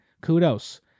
kudos